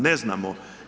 Ne znamo.